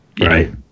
Right